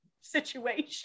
situation